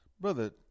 Brother